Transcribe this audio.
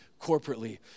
corporately